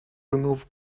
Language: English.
remove